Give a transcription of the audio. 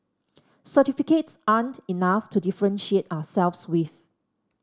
certificates aren't enough to differentiate ourselves with